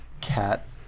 cat